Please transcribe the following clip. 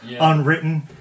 unwritten